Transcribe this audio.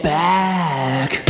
back